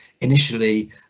initially